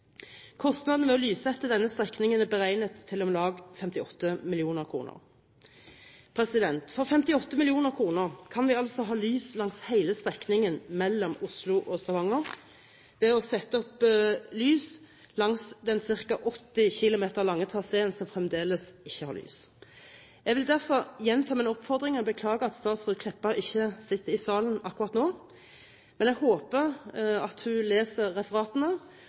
ved å lyssette denne strekningen er beregnet til om lag 58 mill. kr. For 58 mill. kr kan vi altså få lys langs hele strekningen mellom Oslo og Stavanger, ved å sette opp lys langs den ca. 80 km lange traséen som fremdeles ikke har lys. Jeg vil derfor gjenta min oppfordring. Jeg beklager at statsråd Kleppa ikke sitter i salen akkurat nå, men jeg håper at hun leser referatene,